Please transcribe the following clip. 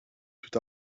tout